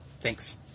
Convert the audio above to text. thanks